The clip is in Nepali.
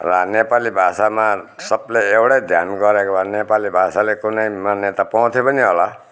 र नेपाली भाषामा सबले एउटै ध्यान गरेको भए नेपाली भाषाले कुनै मान्यता पाउँथ्यो पनि होला